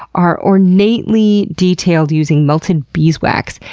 are ornately detailed using melted beeswax,